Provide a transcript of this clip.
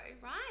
right